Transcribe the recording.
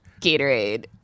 Gatorade